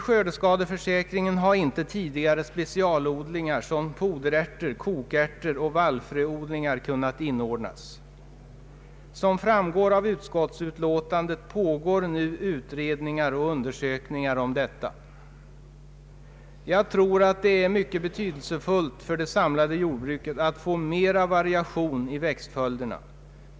I skördeskadeförsäkringen har inte tidigare specialodlingar såsom foderärter, kokärter och vallfröodlingar kunnat inordnas. Som framgår av utskottsutlåtandet pågår nu utredningar och undersökningar om detta. Jag tror att det är mycket betydelsefullt för det samlade jordbruket att man får ökad variation i växtföljderna.